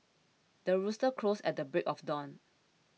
the rooster crows at the break of dawn